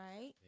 right